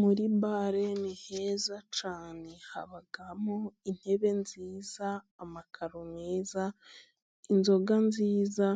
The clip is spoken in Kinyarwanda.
Muri bare ni heza cyane habamo intebe nziza, amakaro meza, inzoga nziza